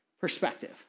perspective